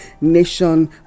nation